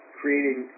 creating